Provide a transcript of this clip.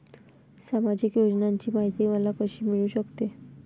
सामाजिक योजनांची माहिती मला कशी मिळू शकते?